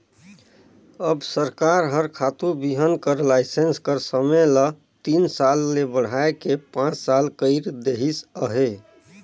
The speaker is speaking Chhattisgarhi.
अब सरकार हर खातू बीहन कर लाइसेंस कर समे ल तीन साल ले बढ़ाए के पाँच साल कइर देहिस अहे